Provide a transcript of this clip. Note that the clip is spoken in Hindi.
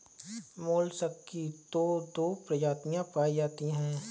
मोलसक की तो दो प्रजातियां पाई जाती है